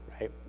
right